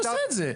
אני עושה את זה.